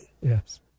Yes